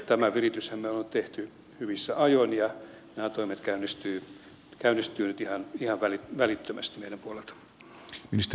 tämän virityksen me olemme tehneet hyvissä ajoin ja nämä toimet käynnistyvät nyt ihan välittömästi meidän puoleltamme